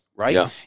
Right